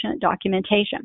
documentation